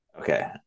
Okay